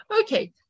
Okay